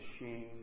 machine